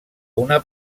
una